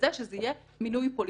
שזה יהיה מינוי פוליטי,